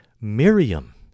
Miriam